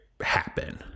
happen